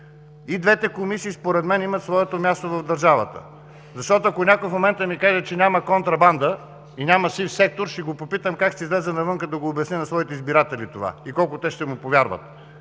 и двете комисии имат своето място в държавата. Ако някой в момента ми каже, че няма контрабанда и няма сив сектор, ще го попитам как ще излезе навън да обясни това на своите избиратели и колко те ще му повярват,